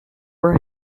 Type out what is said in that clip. was